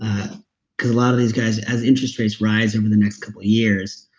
a lot of these guys, as interest rates rise over the next couple years,